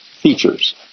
features